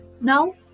Now